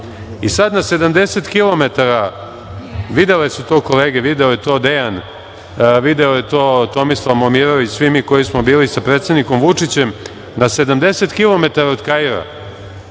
I sad na 70 kilometra, videle su to kolege, video je to Dejan, video je to Tomislav Momirović, svi mi koji smo bili sa predsednikom Vučićem, na 70 kilometra